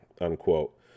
unquote